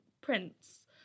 prints